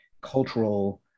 cultural